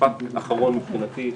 משפט האחרון מבחינתי,